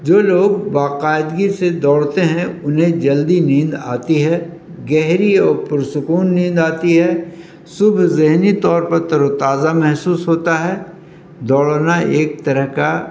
جو لوگ باقاعدگی سے دوڑتے ہیں انہیں جلدی نیند آتی ہے گہری اور پرسکون نیند آتی ہے صبح ذہنی طور پر تر و تازہ محسوس ہوتا ہے دوڑنا ایک طرح کا